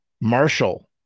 Marshall